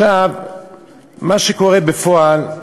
מה שקורה בפועל,